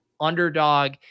Underdog